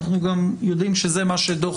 אנחנו גם יודעים שזה מה שדוח